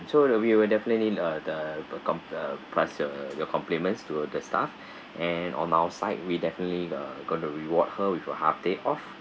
so we will definitely need uh the the com~ the pass your your compliments to the staff and on our side we definitely uh gonna reward her with a half day off